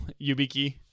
YubiKey